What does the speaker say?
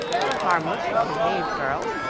were harmless, well-behaved girls,